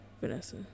Vanessa